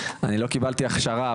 אני לא קיבלתי הכשרה,